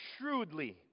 shrewdly